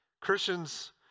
Christians